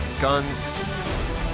guns